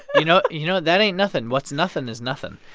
you know you know, that ain't nothing. what's nothing is nothing.